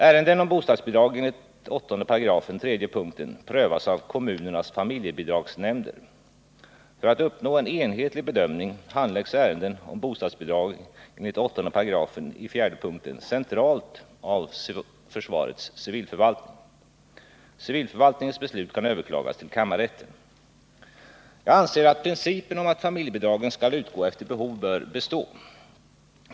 Ärenden om bostadsbidrag enligt 8 § tredje punkten prövas av kommunernas familjebidragsnämnder. För att uppnå en enhetlig bedömning handläggs ärenden om bostadsbidrag enligt 8 § fjärde punkten centralt av försvarets civilförvaltning. Civilförvaltningens beslut kan överklagas till kammarrätten. Jag anser att principen om att familjebidragen skall utgå efter behov bör bestå.